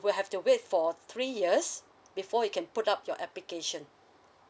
will have to wait for three years before you can put up your application